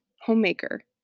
homemaker